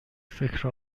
فکر